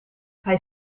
hij